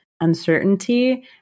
uncertainty